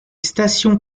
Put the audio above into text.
stations